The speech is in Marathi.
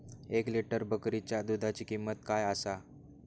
एक लिटर बकरीच्या दुधाची किंमत काय आसा?